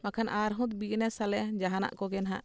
ᱵᱟᱠᱷᱟᱱ ᱟᱨᱦᱚᱸ ᱵᱤᱡᱽᱱᱮᱥ ᱟᱞᱮ ᱡᱟᱦᱟᱱᱟᱜ ᱠᱚᱜᱮ ᱱᱟᱜ